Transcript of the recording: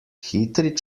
hitri